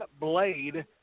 Blade